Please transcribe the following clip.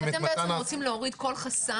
את מתן --- אתם בעצם רוצים להוריד כל חסם.